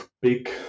big